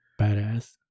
badass